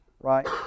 right